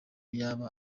yaba